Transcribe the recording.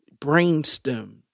brainstem